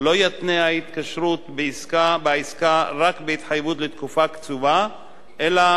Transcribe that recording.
לא יתנה ההתקשרות בעסקה רק בהתחייבות לתקופה קצובה אלא